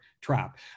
trap